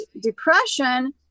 depression